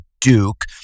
Duke